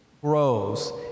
grows